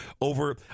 over